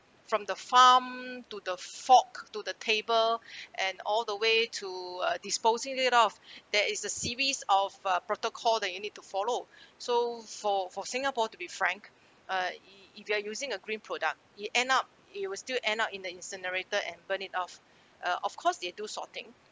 from the farm to the fork to the table and all the way to uh disposing it off there is a series of uh protocol that you need to follow so for for singapore to be frank uh if if you are using a green product it end up it will still end up in the incinerator and burn it off uh of course they do sorting